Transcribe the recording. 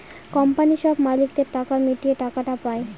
কোম্পানির সব মালিকদের টাকা মিটিয়ে টাকাটা পায়